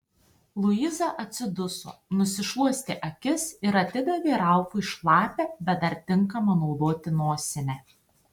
luiza atsiduso nusišluostė akis ir atidavė ralfui šlapią bet dar tinkamą naudoti nosinę